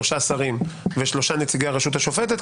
שלושה שרים ושלושה נציגי הרשות השופטת,